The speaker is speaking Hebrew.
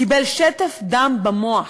קיבלו שטף דם במוח.